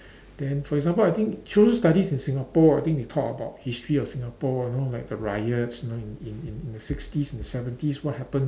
then for example I think social studies in Singapore I think they talk about history of Singapore you know like the riots you know in in in the sixties and seventies what happen